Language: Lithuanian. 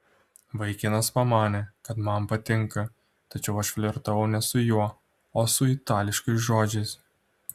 vaikinas pamanė kad man patinka tačiau aš flirtavau ne su juo o su itališkais žodžiais